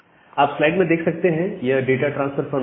आप स्लाइड में देख सकते हैं यह डाटा ट्रांसफर फॉर्मेट है